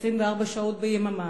24 שעות ביממה,